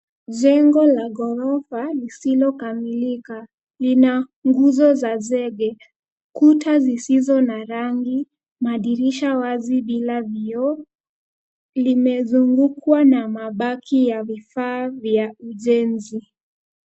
Jengo la ghorofa lisilo kamilika lina nguzo za zege, kuta zizizo na rangi madirisha wazi bila vioo limezungukwa na mabaki ya vifaa vya ujenzi.